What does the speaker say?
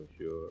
sure